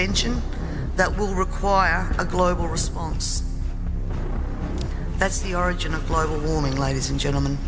intervention that will require a global response that's the origin of global warming ladies and gentlemen